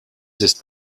ist